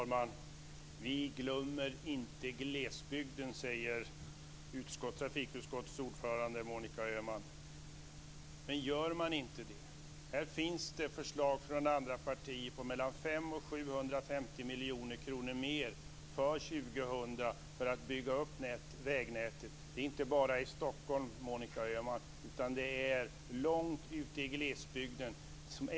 Fru talman! Vi glömmer inte glesbygden, säger trafikutskottets ordförande Monica Öhman. Men gör man inte det? Här finns det förslag från andra partier på mellan 500 miljoner och 750 miljoner kronor mer för 2000 för att rusta upp vägnätet. Det är inte bara i Stockholm, Monica Öhman, utan det är långt ute i glesbygden.